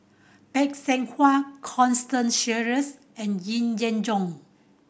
Phay Seng Whatt Constance Sheares and Yee Jenn Jong